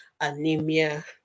anemia